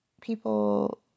people